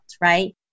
right